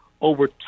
over